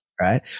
right